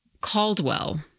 Caldwell